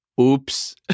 Oops